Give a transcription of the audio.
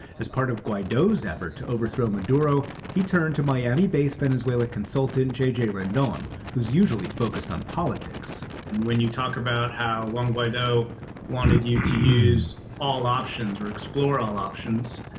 as part of guaido's effort to overthrow maduro, he turned to miami-based venezuelan consultant j j. rendon, who's usually focused on politics. and when you talk about how juan guaido wanted you to use all options or explore all options,